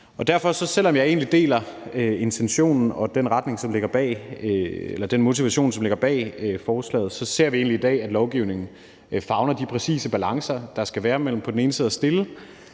periode. Selv om jeg egentlig deler intentionen og den motivation, som ligger bag forslaget, så ser vi egentlig i dag, at lovgivningen favner de præcise balancer, der skal være mellem på den ene side at stille